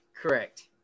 Correct